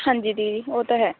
ਹਾਂਜੀ ਦੀਦੀ ਉਹ ਤਾਂ ਹੈ